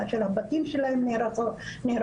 כאשר הבתים שלהן נהרסים,